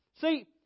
See